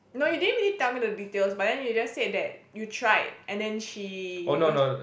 no you didn't really tell me the details but then you just said that you tried and then she was